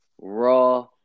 raw